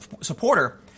supporter